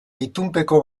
itunpeko